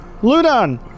Ludon